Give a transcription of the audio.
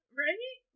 right